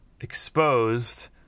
exposed